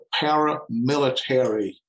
paramilitary